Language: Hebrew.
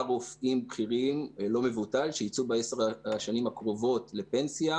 רופאים בכירים לא מבוטל שייצאו בעשר השנים הקרובות לפנסיה,